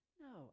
No